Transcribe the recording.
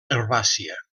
herbàcia